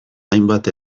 hainbat